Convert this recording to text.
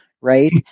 right